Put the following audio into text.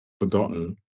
forgotten